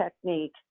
technique